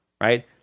right